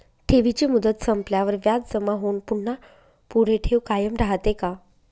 ठेवीची मुदत संपल्यावर व्याज जमा होऊन पुन्हा पुढे ठेव कायम राहते का?